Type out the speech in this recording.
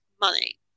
money